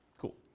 Cool